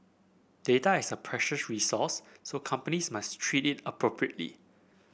data is a precious resource so companies must treat it appropriately